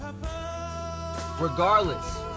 regardless